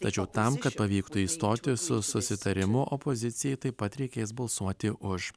tačiau tam kad pavyktų išstoti su susitarimu opozicijai taip pat reikės balsuoti už